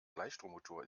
gleichstrommotor